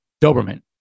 Doberman